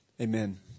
Amen